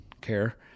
care